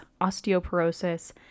osteoporosis